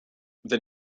the